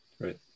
right